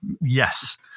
Yes